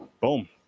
Boom